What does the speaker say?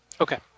Okay